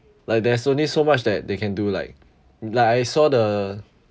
like there's only so much that they can do like like I saw the